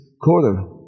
quarter